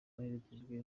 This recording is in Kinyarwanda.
aherekejwe